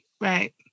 right